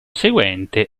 seguente